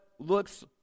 looks